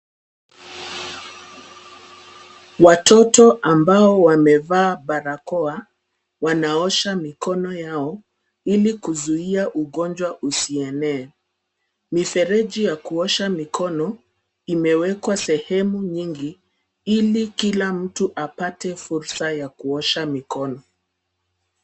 Watoto ambao wamevaa barakoa ,wanaosha mikono yao ,ili kuzuia ugonjwa usienee. Mifereji ya kuosha mikono imewekwa sehemu nyingi, ili kila mtu apate fursa ya kuosha mikono.